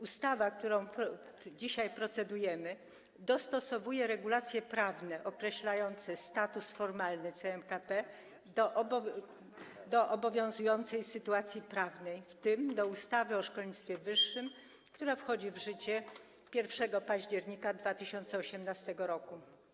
Ustawa, nad którą dzisiaj procedujemy, dostosowuje regulacje prawne określające status formalny CMKP do obowiązującej sytuacji prawnej, w tym do ustawy o szkolnictwie wyższym, która wchodzi w życie 1 października 2018 r.